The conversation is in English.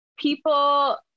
people